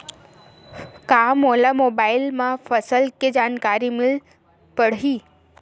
का मोला मोबाइल म फसल के जानकारी मिल पढ़ही?